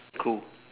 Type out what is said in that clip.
cool